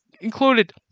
included